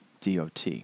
DOT